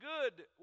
good